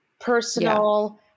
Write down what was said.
personal